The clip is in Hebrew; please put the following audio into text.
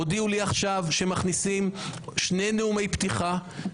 הודיעו לי עכשיו שמכניסים שני נאומי פתיחה,